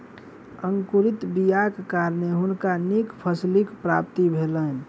अंकुरित बीयाक कारणें हुनका नीक फसीलक प्राप्ति भेलैन